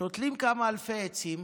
שותלים כמה אלפי עצים.